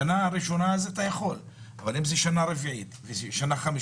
בשנה ראשונה אתה יכול אבל לא אם זה שנה רביעית או חמישית,